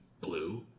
blue